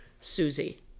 Susie